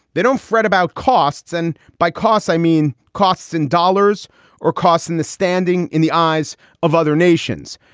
they don't fret about costs. and by costs i mean costs and dollars or costs. and the standing in the eyes of other nations,